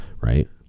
right